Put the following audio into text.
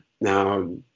now